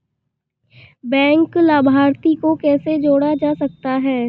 Bank लाभार्थी को कैसे जोड़ा जा सकता है?